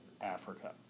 Africa